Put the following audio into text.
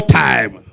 time